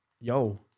yo